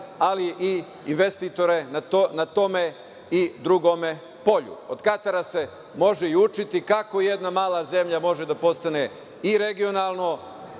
ali i investitore na tom i drugom polju. Od Katara se može i učiti kako jedna mala zemlja može da postane i regionalno,